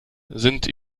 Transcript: sind